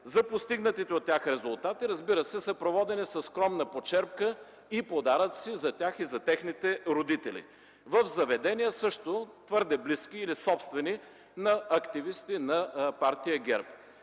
за постигнатите от тях резултати, разбира се, съпроводено със скромна почерпка и подаръци за тях и техните родители – в заведения, също твърде близки или собствени на активисти на Партия ГЕРБ.